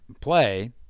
play